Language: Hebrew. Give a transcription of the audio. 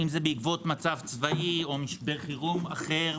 אם זה בעקבות מצב צבאי או משבר חירום אחר